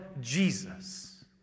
Jesus